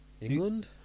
England